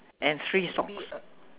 and three socks